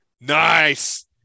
Nice